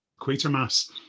Quatermass